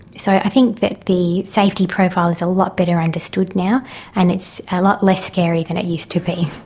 so i think that the safety profile is a lot better understood now and it's a lot less scary than it used to be,